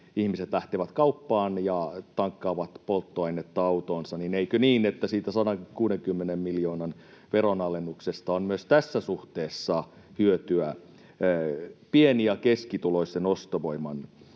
ihmiset lähtevät kauppaan ja tankkaavat polttoainetta autoonsa, niin eikö niin, että siitä 160 miljoonan veron-alennuksesta on myös tässä suhteessa hyötyä pieni- ja keskituloisten ostovoiman